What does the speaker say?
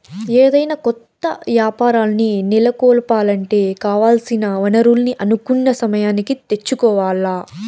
ఏదైనా కొత్త యాపారాల్ని నెలకొలపాలంటే కావాల్సిన వనరుల్ని అనుకున్న సమయానికి తెచ్చుకోవాల్ల